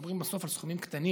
מדברים בסוף על סכומים קטנים.